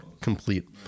complete